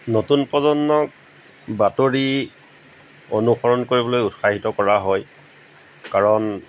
নতুন প্ৰজন্মক বাতৰি অনুসৰণ কৰিবলৈ উৎসাহিত কৰা হয় কাৰণ